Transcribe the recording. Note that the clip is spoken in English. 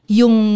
yung